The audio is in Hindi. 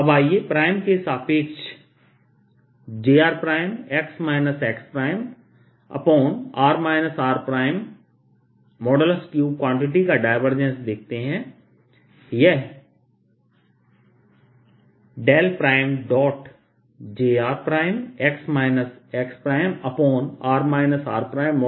अब आइए प्राइम के सापेक्ष jrx xr r3क्वांटिटी का डायवर्जेंस देखते हैं यह jrx xr r3jr x xr r3 के बराबर है